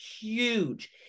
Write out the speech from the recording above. huge